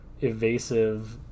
evasive